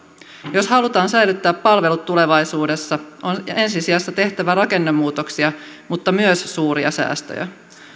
jos halutaan säilyttää palvelut tulevaisuudessa on ensi sijassa tehtävä rakennemuutoksia mutta myös suuria säästöjä